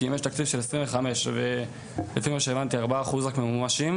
כי אם יש תקציב של 25 ולפי מה שהבנתי 4% רק ממומשים,